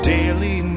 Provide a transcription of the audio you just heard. Daily